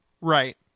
Right